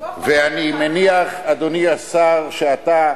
ואני מניח, אדוני השר, שאתה